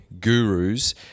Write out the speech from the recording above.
gurus